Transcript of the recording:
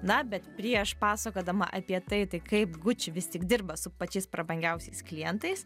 na bet prieš pasakodama apie tai tai kaip gucci vis tik dirba su pačiais prabangiausiais klientais